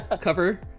cover